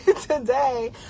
today